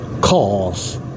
Cause